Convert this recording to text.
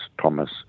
Thomas